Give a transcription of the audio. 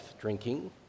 drinking